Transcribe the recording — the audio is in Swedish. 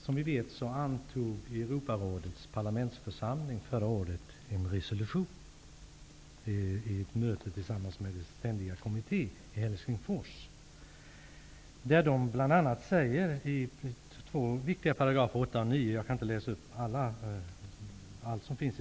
Som vi vet antog Europarådets parlamentsförsamling en resolution förra året vid mötet tillsammans med dess ständiga kommitté i Helsingfors. §§ 8 och 9 i denna resolution är särskilt viktiga.